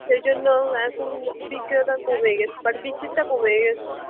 সেইজন্যও এখন বিক্রেতা কমে গেছে বাট বিক্রিটা কমে গেছে